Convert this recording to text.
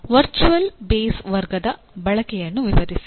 virtual base ವರ್ಗದ ಬಳಕೆಯನ್ನು ವಿವರಿಸಿ